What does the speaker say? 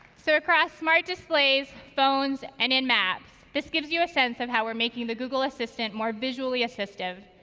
so, across smart displays, phones, and in maps, this gives you a sense of how we're making the google assistant more visually assistive,